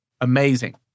amazing